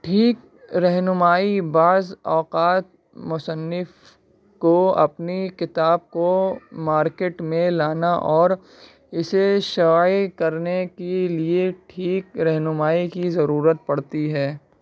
ٹھیک رہنمائی بعض اوقات مصنف کو اپنی کتاب کو مارکیٹ میں لانا اور اسے شائع کرنے کی لیے ٹھیک رہنمائی کی ضرورت پڑتی ہے